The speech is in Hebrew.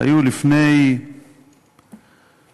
שהיו לפני כחודש,